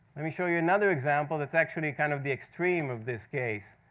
let me show you another example that's actually kind of the extreme of this case.